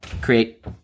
create